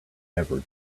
never